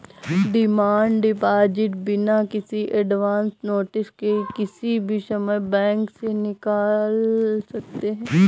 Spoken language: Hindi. डिमांड डिपॉजिट बिना किसी एडवांस नोटिस के किसी भी समय बैंक से निकाल सकते है